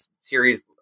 series